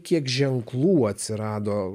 kiek ženklų atsirado